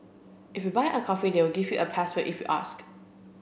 if you buy a coffee they'll give you a password if you ask